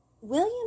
William